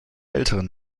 älteren